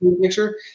picture